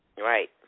Right